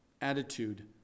attitude